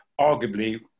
arguably